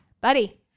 buddy